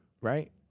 right